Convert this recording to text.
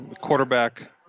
quarterback